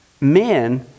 Men